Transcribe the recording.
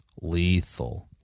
Lethal